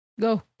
Go